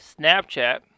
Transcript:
Snapchat